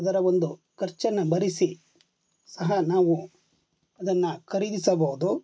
ಅದರ ಒಂದು ಖರ್ಚನ್ನು ಭರಿಸಿ ಸಹ ನಾವು ಅದನ್ನು ಖರೀದಿಸಬಹುದು